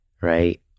right